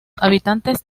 habitantes